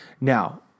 Now